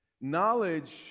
knowledge